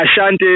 Ashanti